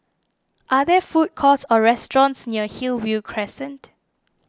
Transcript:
are there food courts or restaurants near Hillview Crescent